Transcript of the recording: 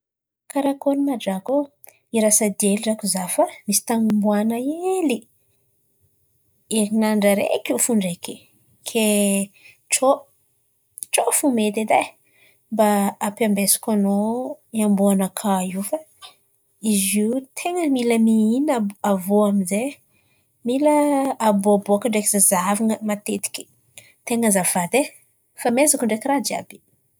Karakôry mà drako ô, hirasa dia hely drako izaho fa misy tan̈y omboan̈a hely. Herinandra araiky eo fo ndraiky, kay tsao tsao fo mety edy e, mba ampiambesiko anao amboa-nakà io fa izy io ten̈a mila mihinà avy iô amin'izay mila abôbôka ndraiky zahazahavan̈a matetiky. Ten̈a azafady e, efa amezako ndraiky ràha jiàby.